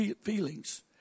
feelings